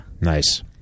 Nice